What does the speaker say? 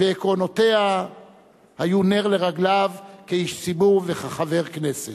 ועקרונותיה היו נר לרגליו כאיש ציבור וכחבר הכנסת.